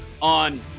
on